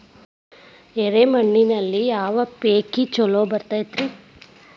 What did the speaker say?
ಎರೆ ಮಣ್ಣಿನಲ್ಲಿ ಯಾವ ಪೇಕ್ ಛಲೋ ಬರತೈತ್ರಿ?